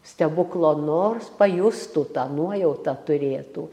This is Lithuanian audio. stebuklo nors pajustų tą nuojautą turėtų